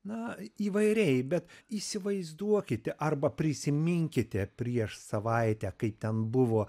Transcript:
na įvairiai bet įsivaizduokite arba prisiminkite prieš savaitę kai ten buvo